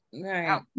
right